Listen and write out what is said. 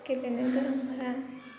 गेलेनो गोरोंफोरा